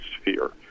sphere